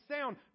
sound